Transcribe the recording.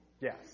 Yes